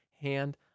hand